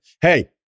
Hey